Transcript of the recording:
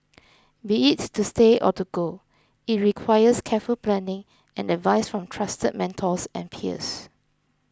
be it to stay or to go it requires careful planning and advice from trusted mentors and peers